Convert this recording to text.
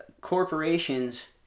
Corporations